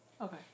Okay